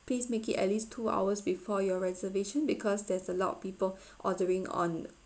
please make it at least two hours before your reservation because there's a lot of people ordering on